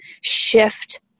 shift